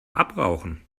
abrauchen